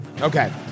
Okay